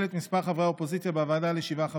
את מספר חברי האופוזיציה בוועדה לשבעה חברים.